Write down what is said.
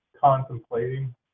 contemplating